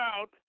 out